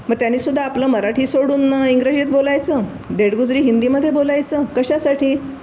मग त्यांनी सुद्धा आपलं मराठी सोडून इंग्रजीत बोलायचं धेडगुजरी हिंदीमध्ये बोलायचं कशासाठी